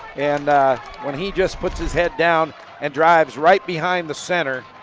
and when he just puts his head down and drives right behind the center.